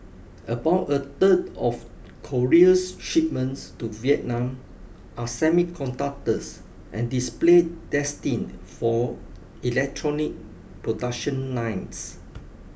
about a third of Korea's shipments to Vietnam are semiconductors and displays destined for electronic production lines